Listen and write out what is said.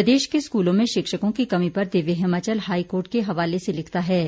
प्रदेश के स्कूलों में शिक्षकों की कमी पर दिव्य हिमाचल हाईकोर्ट के हवाले से लिखता है